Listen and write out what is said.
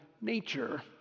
nature